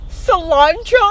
cilantro